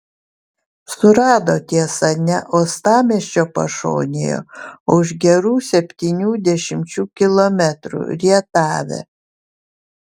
surado tiesa ne uostamiesčio pašonėje o už gerų septynių dešimčių kilometrų rietave